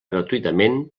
gratuïtament